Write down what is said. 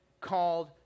called